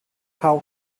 how